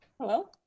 Hello